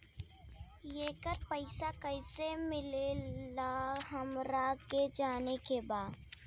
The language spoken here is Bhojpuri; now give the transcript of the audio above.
येकर पैसा कैसे मिलेला हमरा के जाने के बा?